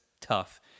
tough